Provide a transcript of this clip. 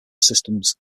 systems